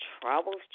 troubles